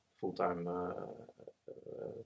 full-time